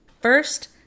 First